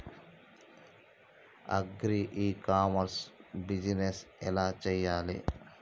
Agri e commerce business ఎలా చెయ్యాలి?